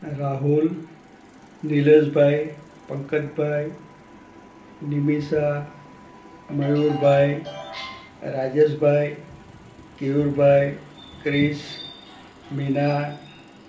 Rahul Nileshbhai Pankajbhai Nimisha Mayurbhai Rajeshbhai Keyurbhai Chris Meena